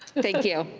thank you,